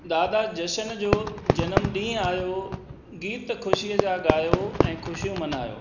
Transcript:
दादा जशन जो जनम ॾींहुं आयो गीत ख़ुशीअ जा गायो ऐं ख़ुशियूं मनायो